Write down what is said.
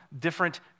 different